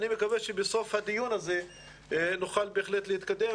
אני מקווה שבסוף הדיון הזה נוכל בהחלט להתקדם